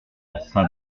saint